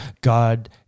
God